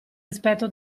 rispetto